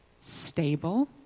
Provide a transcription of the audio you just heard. stable